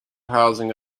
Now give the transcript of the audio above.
housing